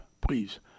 please